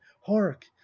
hark